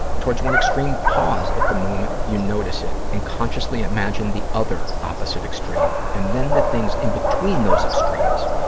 ah towards one extreme, pause at the moment you notice it and consciously imagine the other opposite extreme, and then the things in between those extremes,